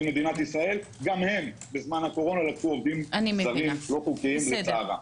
מדינת ישראל גם הם בזמן הקורונה לקחו עובדים זרים לא חוקיים לצערם.